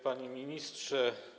Panie Ministrze!